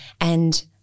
And-